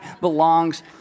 belongs